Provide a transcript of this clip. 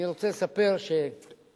אני רוצה לספר שב-28